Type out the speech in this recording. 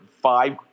five